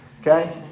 okay